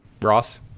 Ross